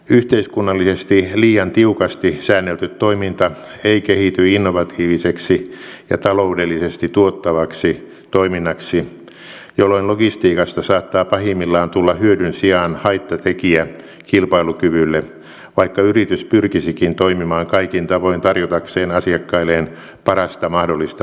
yhteiskunnallisesti liian tiukasti säännelty toiminta ei kehity innovatiiviseksi ja taloudellisesti tuottavaksi toiminnaksi jolloin logistiikasta saattaa pahimmillaan tulla hyödyn sijaan haittatekijä kilpailukyvylle vaikka yritys pyrkisikin toimimaan kaikin tavoin tarjotakseen asiakkailleen parasta mahdollista palvelua